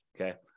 Okay